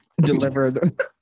delivered